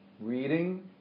reading